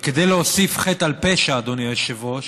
וכדי להוסיף חטא על פשע, אדוני היושב-ראש,